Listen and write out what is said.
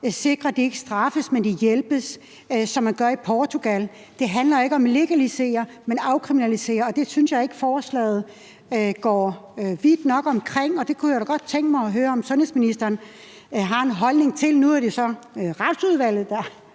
sikrer, at de ikke straffes, men hjælpes, som man gør det i Portugal. Det handler jo ikke om at legalisere, men om at afkriminalisere, og det synes jeg ikke forslaget kommer nok omkring, og det kunne jeg da godt tænke mig at høre om sundhedsministeren har en holdning til. Nu er det så Retsudvalget, der